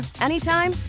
anytime